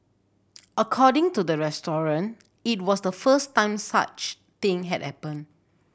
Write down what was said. according to the restaurant it was the first time such thing had happened